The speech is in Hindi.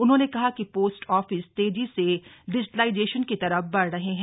उन्होंने कहा कि पोस्ट ऑफिस तेजी से डिजिटलाइजेशन की तरफ बढ़ रहा है